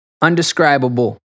undescribable